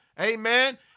amen